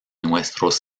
nuestros